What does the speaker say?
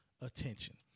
attention